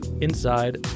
inside